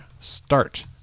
start